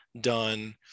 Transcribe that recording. done